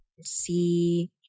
see